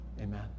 Amen